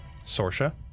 Sorsha